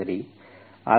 ಸರಿ